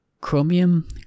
Chromium